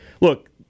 look